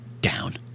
down